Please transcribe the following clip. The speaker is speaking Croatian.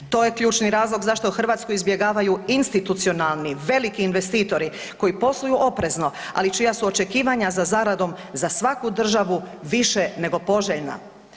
To je ključni razlog zašto Hrvatsku izbjegavaju institucionalni veliki investitori koji posluju oprezno, ali čija su očekivanja za zaradom za svaku državu više nego poželjna.